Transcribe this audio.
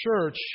church